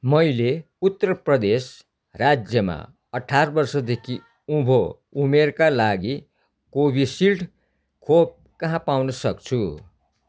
मैले उत्तर प्रदेश राज्यमा अठार वर्षदेखि उँभो उमेरका लागि कोभिसिल्ड खोप कहाँ पाउनसक्छु